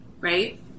Right